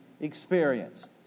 experience